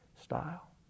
style